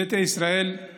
ביתא ישראל היא